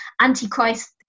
Antichrist